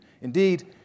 Indeed